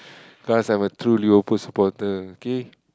because I'm a true Liverpool supporter okay